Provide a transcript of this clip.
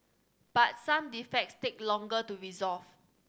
but some defects take longer to resolve